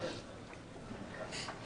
בזום.